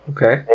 Okay